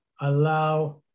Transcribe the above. allow